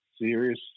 serious